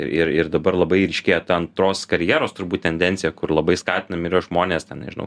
ir ir dabar labai ryškėja ta antros karjeros turbūt tendencija kur labai skatinami yra žmonės ten nežinau